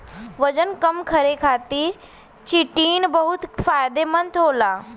वजन कम करे खातिर चिटिन बहुत फायदेमंद होला